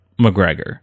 McGregor